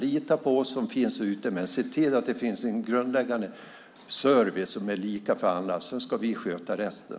Lita på oss, men se till att det finns en grundläggande service som är lika för alla! Sedan sköter vi resten.